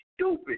stupid